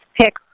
pick